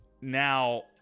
Now